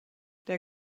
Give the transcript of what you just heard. der